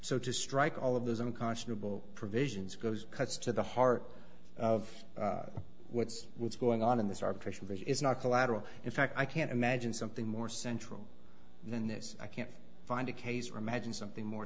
so to strike all of those unconscionable provisions goes cuts to the heart of what's going on in this arbitration is not collateral in fact i can't imagine something more central than this i can't find a case for magine something more